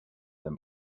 than